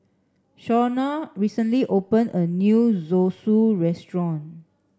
Shawna recently opened a new Zosui restaurant